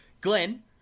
Glenn